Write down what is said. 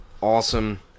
Awesome